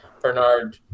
Bernard –